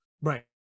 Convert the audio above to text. Right